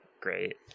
great